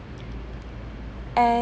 and